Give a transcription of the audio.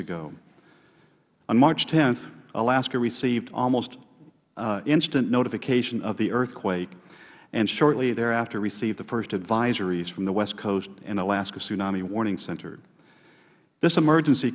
ago on march th alaska received almost instant notification of the earthquake and shortly thereafter received the first advisories from the west coast and alaska tsunami warning center this emergency